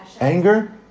Anger